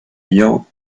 ayant